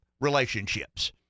relationships